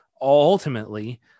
ultimately